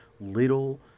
little